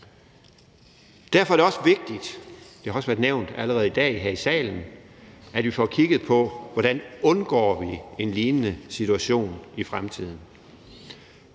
Derfor er det også vigtigt – det har også allerede i dag været nævnt her i salen – at vi får kigget på, hvordan vi undgår en lignende situation i fremtiden.